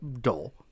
dull